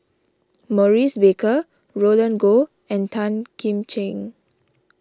Maurice Baker Roland Goh and Tan Kim Ching